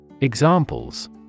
Examples